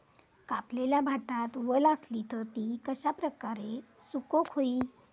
कापलेल्या भातात वल आसली तर ती कश्या प्रकारे सुकौक होई?